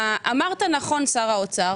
אני רוצה לברך על הרפורמה בדיווח נכסי נדל"ן,